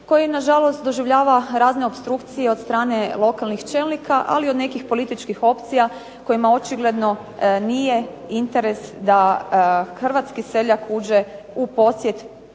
koji na žalost doživljava razne opstrukcije od strane lokalnih čelnika ali od nekih političkih opcija kojima očigledno nije interes da hrvatski seljak uđe u posjed